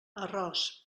arròs